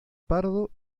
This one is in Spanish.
pardo